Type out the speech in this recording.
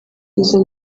izo